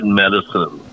medicine